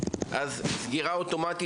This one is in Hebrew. אם אני אומר סגירה אוטומטית,